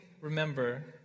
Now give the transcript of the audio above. remember